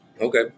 Okay